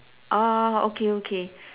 ah okay okay